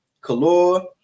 Kalor